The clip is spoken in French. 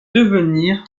devenir